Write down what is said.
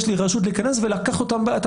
לי רשות להיכנס ולבצע חיפוש יותר נרחב.